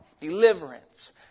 deliverance